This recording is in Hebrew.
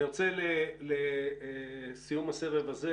אני רוצה לסיום הסבב הזה